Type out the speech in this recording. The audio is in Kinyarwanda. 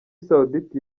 saoudite